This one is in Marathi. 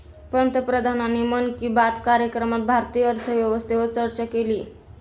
पंतप्रधानांनी मन की बात कार्यक्रमात भारतीय अर्थव्यवस्थेवर चर्चा केली